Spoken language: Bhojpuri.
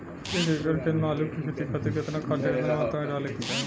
एक एकड़ खेत मे आलू के खेती खातिर केतना खाद केतना मात्रा मे डाले के चाही?